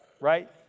right